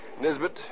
Nisbet